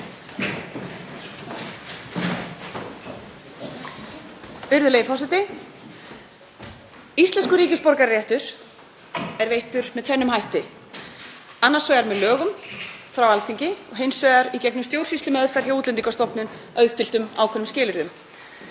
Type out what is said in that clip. Íslenskur ríkisborgararéttur er veittur með tvennum hætti, annars vegar með lögum frá Alþingi og hins vegar í gegnum stjórnsýslumeðferð hjá Útlendingastofnun að uppfylltum ákveðnum skilyrðum.